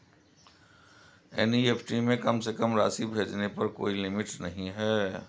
NEFT में कम से कम राशि भेजने पर कोई लिमिट नहीं है